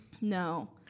No